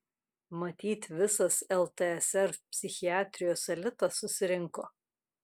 matyt visas ltsr psichiatrijos elitas susirinko